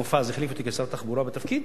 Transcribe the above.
מופז החליף אותי כשר תחבורה בתפקיד,